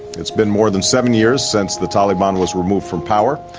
it's been more than seven years since the taliban was removed from power,